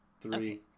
three